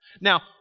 Now